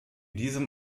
diesem